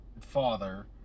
father